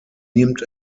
nimmt